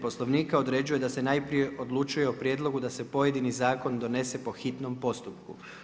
Poslovnika određuje da se najprije odlučuje o prijedlogu da se pojedini zakon donese po hitnom postupku.